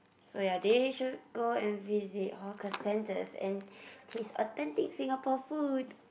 so ya they should go and visit hawker centres and taste authentic Singapore food